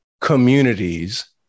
communities